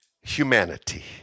humanity